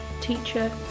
teacher